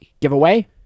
giveaway